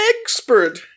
expert